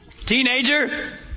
Teenager